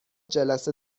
جلسه